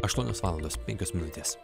aštuonios valandos penkios minutės